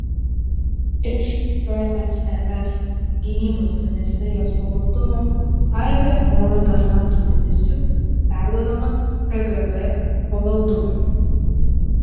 iš tsrs gynybos ministerijos pavaldumo aibė oro desanto divizijų perduodama kgb pavaldumui